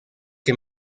que